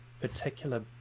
particular